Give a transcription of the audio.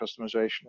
customization